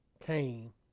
came